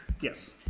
Yes